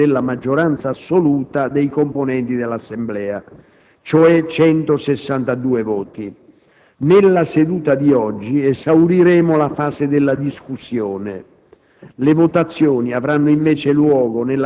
qualora non conseguano il voto favorevole della maggioranza assoluta dei componenti dell'Assemblea, cioè 162 voti. Nella seduta di oggi esauriremo la fase della discussione.